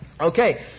Okay